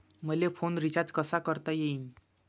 मले phone recharge कसा करता येईन?